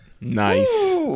Nice